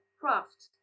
craft